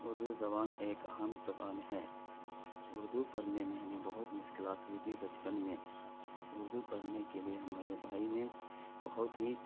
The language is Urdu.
اردو زبان ایک اہم زبان ہے اردو پڑھنے میں ہمیں بہت مشکلات ہوئی تھی بچپن میں اردو پڑھنے کے لیے ہمارے بھائی نے بہت ہی